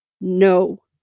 No